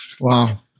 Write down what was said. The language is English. Wow